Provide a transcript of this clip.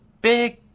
big